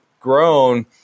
grown